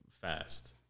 fast